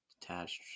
detached